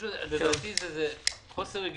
זה חוסר רגישות,